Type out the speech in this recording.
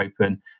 open